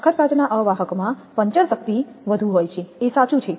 સખત કાચના અવાહક માં પંચરશક્તિ વધુ હોય છે એ સાચું છે